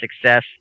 success